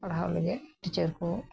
ᱯᱟᱲᱦᱟᱣ ᱞᱟᱹᱜᱤᱫ ᱴᱤᱪᱟᱨ ᱠᱚ